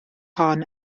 hon